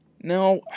Now